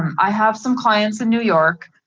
i have some clients in new york.